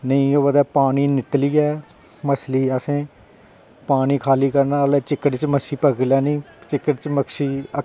नेईं होऐ तां पानी निकलियै मच्छली असें पानी खाल्ली करना चिक्कड़ च मच्छी पकड़ी लैनी चिक्कड़ च मच्छी अक्खीं